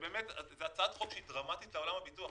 הצעת חוק שהיא דרמטית לעולם הביטוח.